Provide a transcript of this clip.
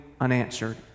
unanswered